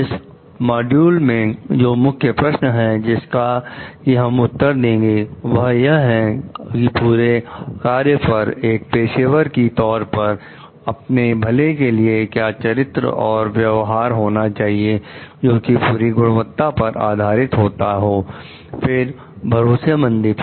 इस मॉड्यूल में जो मुख्य प्रश्न है जिसका कि हम उत्तर देंगे वह यह है कि पूरे कार्य पर एक पेशेवर की तौर पर अपने भले के लिए क्या चरित्र और व्यवहार होना चाहिए जोकि पूरी गुणवत्ता पर आधारित होता हो फिर भरोसे मंदी पर